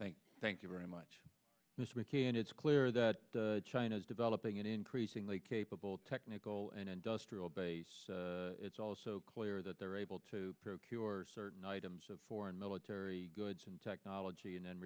thanks thank you very much mr mckay and it's clear that china is developing an increasingly capable technical and industrial base it's also clear that they're able to procure certain items of foreign military goods and technology and